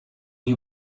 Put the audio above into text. you